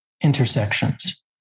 intersections